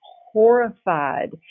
horrified